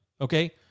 okay